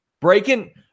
breaking